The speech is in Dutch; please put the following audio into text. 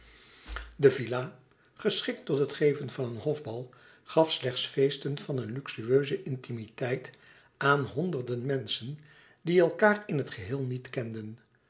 de villa geschikt tot het geven van een hofbal gaf slechts feesten van een luxueuze intimiteit aan honderden menschen die elkaâr in het geheel niet kenden